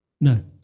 No